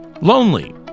Lonely